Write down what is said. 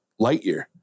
Lightyear